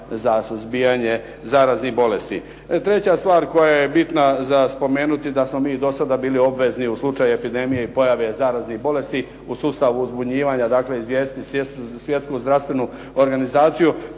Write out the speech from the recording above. za suzbijanje zaraznih bolesti. Treća stvar koja je bitna za spomenuti da smo mi do sada bili obvezni u slučaju epidemije i pojave zaraznih bolesti u sustavu uzbunjivanja dakle izvijestiti Svjetsku zdravstvenu organizaciju,